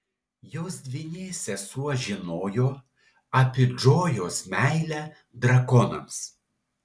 jos dvynė sesuo žinojo apie džojos meilę drakonams